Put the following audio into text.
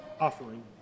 offering